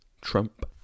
Trump